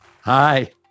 Hi